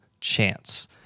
chance